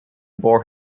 bore